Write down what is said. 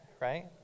right